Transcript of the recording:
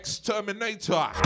Terminator